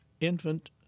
Infant